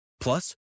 Plus